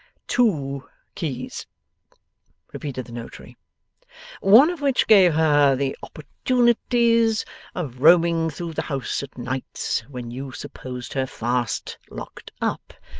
two keys repeated the notary one of which gave her the opportunities of roaming through the house at nights when you supposed her fast locked up,